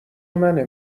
منه